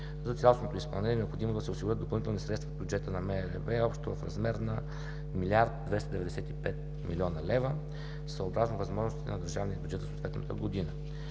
За цялостното й изпълнение е необходимо да се осигурят допълнителни средства по бюджета на МРРБ общо в размер на 1 295,6 млн. лв., съобразно възможностите на държавния бюджет за съответната година.